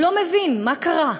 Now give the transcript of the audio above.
הוא לא מבין מה קרה: